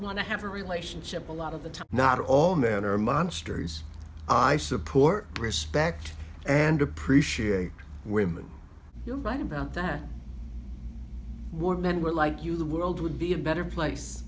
want to have a relationship a lot of the top not all men are monsters i support respect and appreciate women you're right about that were men were like you the world would be a better place